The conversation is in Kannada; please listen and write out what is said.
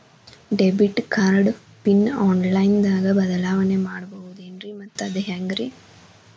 ಡೆಬಿಟ್ ಕಾರ್ಡ್ ಪಿನ್ ಆನ್ಲೈನ್ ದಾಗ ಬದಲಾವಣೆ ಮಾಡಬಹುದೇನ್ರಿ ಮತ್ತು ಅದು ಹೆಂಗ್ರಿ?